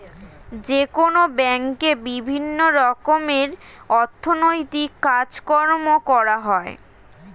যেকোনো ব্যাঙ্কে বিভিন্ন রকমের অর্থনৈতিক কাজকর্ম করা হয়